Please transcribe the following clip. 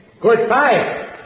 goodbye